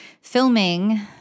filming